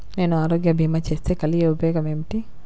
నేను ఆరోగ్య భీమా చేస్తే కలిగే ఉపయోగమేమిటీ?